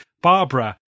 Barbara